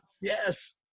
Yes